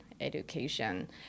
education